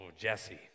Jesse